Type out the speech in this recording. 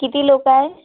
किती लोकं आहे